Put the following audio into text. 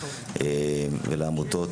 ולעמותות,